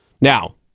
Now